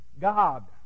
god